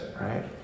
right